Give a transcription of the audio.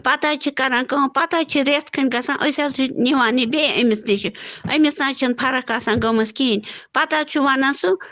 پَتہٕ حظ چھِ کران کٲم پَتہٕ حظ چھِ رٮ۪تھۍ کھٔنٛڈۍ گژھان أسۍ حظ چھِ نِوان یہِ بیٚیہِ أمِس نِشہِ أمِس نہٕ حظ چھِنہٕ فرق آسان گٔمٕژ کِہیٖنۍ پَتہٕ حظ چھُ وَنان سُہ